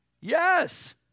Yes